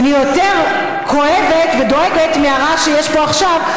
אני יותר כואבת ודואגת מהרעש שיש פה עכשיו,